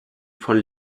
von